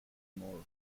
more